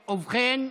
ובכן,